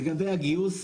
לגבי הגיוס,